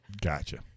Gotcha